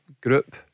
group